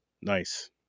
Nice